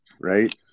right